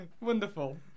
Wonderful